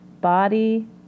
body